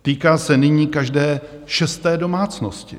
Týká se nyní každé šesté domácnosti.